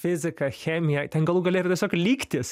fizika chemija ten galų gale yra tiesiog lygtys